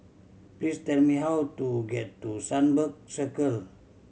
please tell me how to get to Sunbird Circle